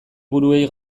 buruei